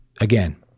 again